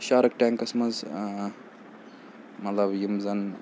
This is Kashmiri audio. شارٕک ٹینکَس منٛز مطلب یِم زَن